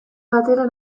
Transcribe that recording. batera